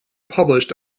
published